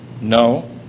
No